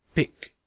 pick.